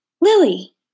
Lily